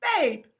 Babe